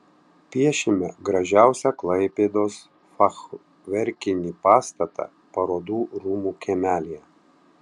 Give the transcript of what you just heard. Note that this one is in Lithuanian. piešime gražiausią klaipėdos fachverkinį pastatą parodų rūmų kiemelyje